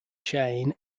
chain